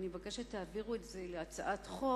ואני מבקשת להעביר את זה להצעת חוק,